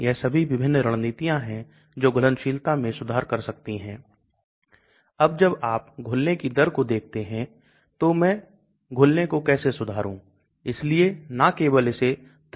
तो बहुत से पैरामीटर मायने रखते हैं इसलिए हम उनमें से कुछ को देखने जा रहे हैं जैसे हम साथ चलते हैं